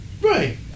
Right